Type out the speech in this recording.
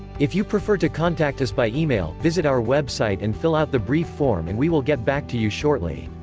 if you prefer to contact us by email, visit our website and fill out the brief form and we will get back to you shortly.